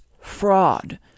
fraud